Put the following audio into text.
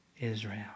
Israel